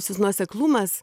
sis nuoseklumas